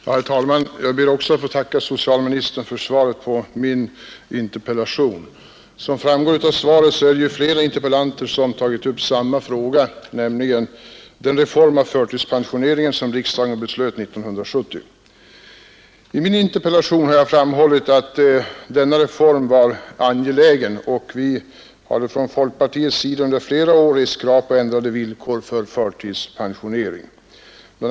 Herr talman! Jag ber också att få tacka socialministern för svaret på min interpellation. Som framgår av svaret är det flera interpellanter som tagit upp samma fråga, nämligen den reform av förtidspensioneringen som riksdagen beslöt 1970. I min interpellation har jag framhållit att denna reform var angelägen. Vi hade fran folkpartiet under flera år rest krav på ändrade villkor för förtidspensionering. Bl.